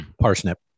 Parsnip